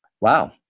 wow